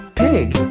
pig